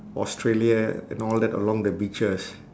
australia and all that along the beaches